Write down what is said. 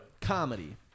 Comedy